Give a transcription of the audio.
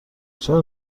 چرا